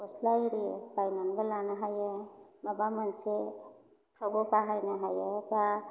गस्ला इरि बायनानैबो लानो हायो माबा मोनसे फ्रावबो बाहायनो हायो दा